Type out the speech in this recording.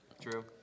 True